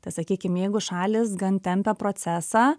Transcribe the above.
tai sakykim jeigu šalys gan tempia procesą